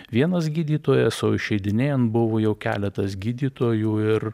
vienas gydytojas o išeidinėjant buvo jau keletas gydytojų ir